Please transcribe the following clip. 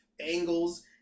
angles